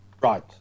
Right